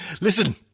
Listen